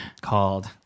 called